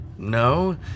No